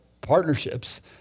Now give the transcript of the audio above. partnerships